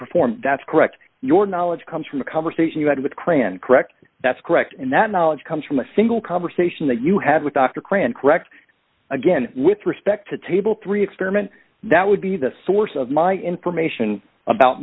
performed that's correct your knowledge comes from a conversation you had with christian correct that's correct and that knowledge comes from a single conversation that you have with dr grant correct again with respect to table three experiment that would be the source of my information about